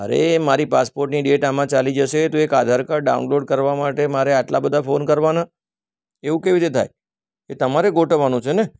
અરે મારી પાસપોર્ટની ડેટ આમાં ચાલી જશે તો એક આધારકાર્ડ ડાઉનલોડ કરવા માટે મારે આટલા બધા ફોન કરવાના એવું કેવી રીતે થાય એ તમારે ગોઠવવાનો છે ને